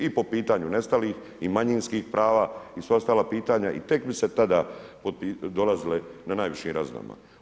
I po pitanju nestalih i manjinskih prava i sva ostala pitanja i tek bi se tada dolazile na najvišim razinama.